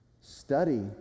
study